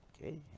Okay